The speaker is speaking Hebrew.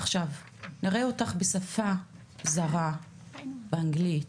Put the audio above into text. עכשיו, נראה אותך בשפה זרה, באנגלית,